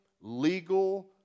legal